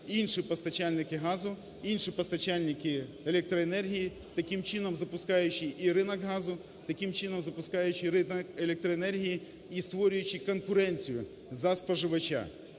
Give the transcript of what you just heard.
інші постачальники газу, інші постачальники електроенергії, таким чином запускаючи і ринок газу, таким чином запускаючи ринок електроенергії і створюючи конкуренцію за споживача.